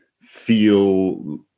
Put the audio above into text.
feel